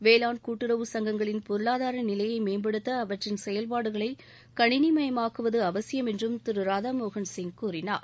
வேளாண் கூட்டுறவு சங்கங்களின் பொருளதார நிலையை மேம்படுத்த அவற்றின் செயல்பாடுகளை கணினிமயமாக்குவது அவசியம் என்றும் திரு ராதாமோகன் சிங் கூறினார்